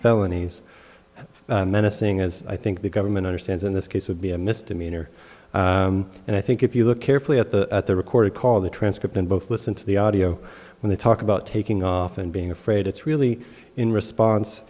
felonies menacing as i think the government understands in this case would be a misdemeanor and i think if you look carefully at the record called the transcript and both listen to the audio when they talk about taking off and being afraid it's really in response